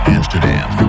Amsterdam